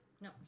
No